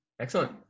excellent